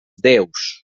déus